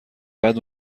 بعد